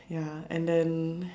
ya and then